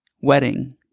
wedding